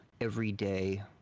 everyday